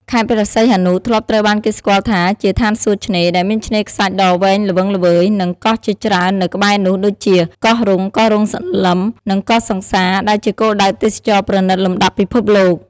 ខេត្តព្រះសីហនុធ្លាប់ត្រូវបានគេស្គាល់ថាជា ឋានសួគ៌ឆ្នេរ ដែលមានឆ្នេរខ្សាច់ដ៏វែងល្វឹងល្វើយ និងកោះជាច្រើននៅក្បែរនោះ ដូចជា កោះរ៉ុង កោះរ៉ុងសន្លឹម និងកោះសង្សារ ដែលជាគោលដៅទេសចរណ៍ប្រណិតលំដាប់ពិភពលោក។